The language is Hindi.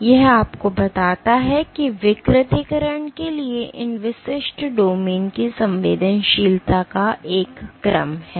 तो यह आपको बताता है कि विकृतीकरण के लिए इन विशिष्ट डोमेन की संवेदनशीलता का एक क्रम है